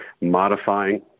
modifying